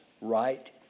right